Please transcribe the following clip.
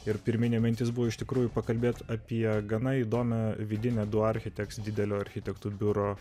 ir pirminė mintis buvo iš tikrųjų pakalbėt apie gana įdomią vidinę du architekts didelio architektų biuro